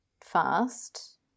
fast